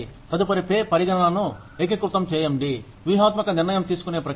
తదుపరి పే పరిగణనలను ఏకీకృతం చేయడం వ్యూహాత్మక నిర్ణయం తీసుకునే ప్రక్రియలు